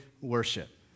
worship